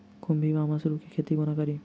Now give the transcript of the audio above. खुम्भी वा मसरू केँ खेती कोना कड़ी?